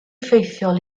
effeithiol